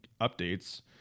updates